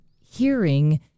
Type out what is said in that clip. hearing